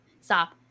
stop